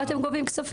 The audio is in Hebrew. למה אתם גובים כסף?